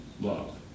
love